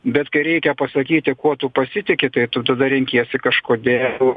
bet kai reikia pasakyti kuo tu pasitiki tai tu tada renkiesi kažkodėl